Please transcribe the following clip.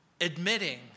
admitting